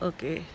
Okay